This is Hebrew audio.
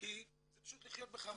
כי זה פשוט לחיות בחרדה.